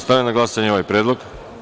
Stavljam na glasanje ovaj predlog.